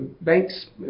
banks